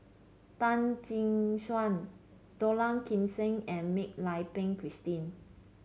Tan Tee Suan Dollah Kassim and Mak Lai Peng Christine